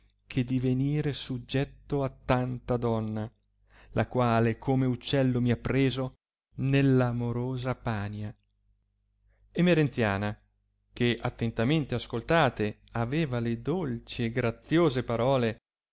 che di venire suggetto a tanta donna la quale come uccello mi ha preso nell amorosa pania emerenziana che attentamente ascoltate aveva le dolci e graziose parole